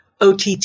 OTT